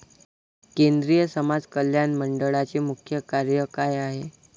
केंद्रिय समाज कल्याण मंडळाचे मुख्य कार्य काय आहे?